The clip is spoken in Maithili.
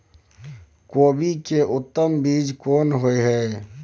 कोबी के उत्तम बीज कोन होय है?